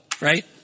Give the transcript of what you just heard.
right